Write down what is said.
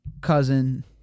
cousin